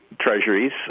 treasuries